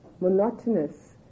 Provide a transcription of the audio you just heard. monotonous